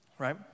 right